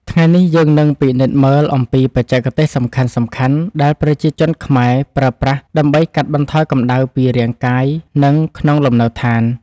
ថ្ងៃនេះយើងនឹងពិនិត្យមើលអំពីបច្ចេកទេសសំខាន់ៗដែលប្រជាជនខ្មែរប្រើប្រាស់ដើម្បីកាត់បន្ថយកម្តៅពីរាងកាយនិងក្នុងលំនៅឋាន។